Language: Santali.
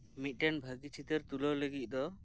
ᱢᱤᱫᱴᱮᱱ ᱵᱷᱟᱹᱜᱤ ᱪᱤᱛᱟᱹᱨ ᱛᱩᱞᱟᱹᱣ ᱞᱟᱹᱜᱤᱫ ᱫᱚ